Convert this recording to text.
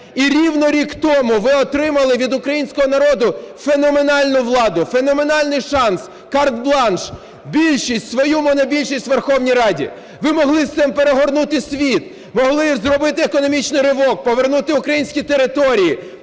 І рівно рік тому ви отримали від українського народу феноменальну владу, феноменальний шанс, карт-бланш, більшість, свою монобільшість у Верховній Раді. Ви могли з цим перегорнути світ, могли зробити економічний ривок, повернути українські території.